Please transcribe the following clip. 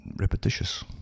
repetitious